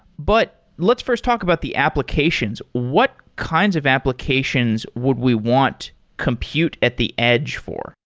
but let's first talk about the applications. what kinds of applications would we want compute at the edge for?